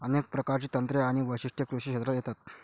अनेक प्रकारची तंत्रे आणि वैशिष्ट्ये कृषी क्षेत्रात येतात